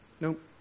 Nope